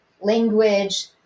language